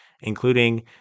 including